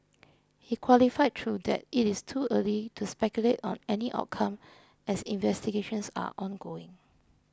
he qualified though that it is too early to speculate on any outcome as investigations are ongoing